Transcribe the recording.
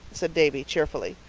said davy cheerfully.